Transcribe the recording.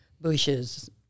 bushes